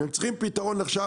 הם צריכים פתרון עכשיו,